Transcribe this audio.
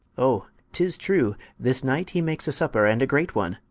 o, tis true this night he makes a supper, and a great one,